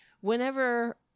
whenever